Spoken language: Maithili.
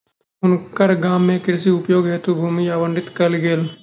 हुनकर गाम में कृषि उपयोग हेतु भूमि आवंटित कयल गेल